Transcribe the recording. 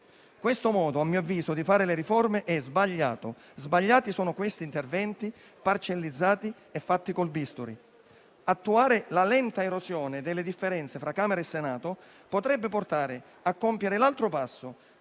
riforme, a mio avviso, è sbagliato, come lo sono questi interventi, parcellizzati e fatti con il bisturi. Attuare la lenta erosione delle differenze tra Camera e Senato potrebbe portare a compiere l'altro passo,